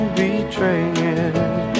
betraying